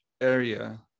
area